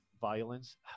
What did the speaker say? violence